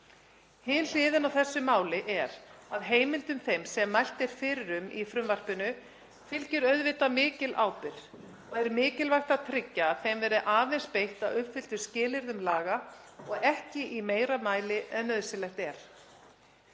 Hin hliðin á þessu máli er að heimildum þeim sem mælt er fyrir um í frumvarpinu fylgir auðvitað mikil ábyrgð og er mikilvægt að tryggja að þeim verði aðeins beitt að uppfylltum skilyrðum laga og ekki í meira mæli en nauðsynlegt er.